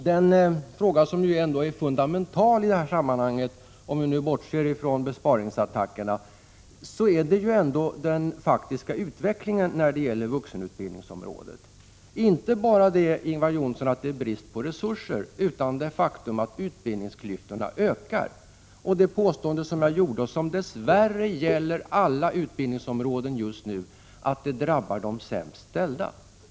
Den fråga som ändå är fundamenatal i det här sammanhanget — om vi nu bortser från besparingsattackerna — gäller ju den faktiska utvecklingen på vuxenutbildningens område. Det är inte bara fråga om det faktum att det råder brist på resurser, Ingvar Johnsson, utan även om det faktum att utbildningsklyftorna ökar. Jag återkommer till det påstående jag gjorde och som dess värre gäller alla utbildningsområden just nu, nämligen att detta drabbar de sämst ställda.